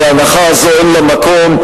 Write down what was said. הנחה זו אין לה מקום,